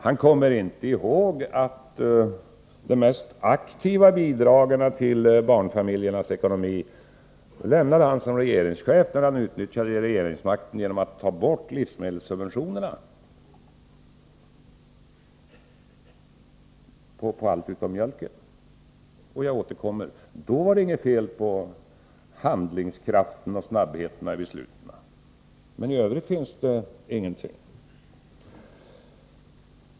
Han kommer inte ihåg att de mest aktiva bidragen till barnfamiljernas ekonomi lämnade han som regeringschef när han utnyttjade regeringsmakten till att ta bort livsmedelssubventionerna på allt utom mjölken. Då var det inget fel på handlingskraften och snabbheten i besluten. Men i övrigt gjordes ingenting.